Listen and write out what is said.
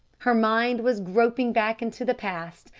her mind was groping back into the past,